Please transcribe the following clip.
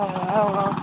औ औ